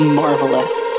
marvelous